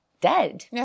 dead